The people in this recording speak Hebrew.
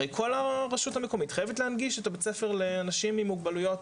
הרי כל רשות מקומית חייבת להנגיש את בית הספר לאנשים עם מוגבלויות.